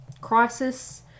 crisis